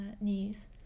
news